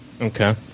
Okay